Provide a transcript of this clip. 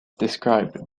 described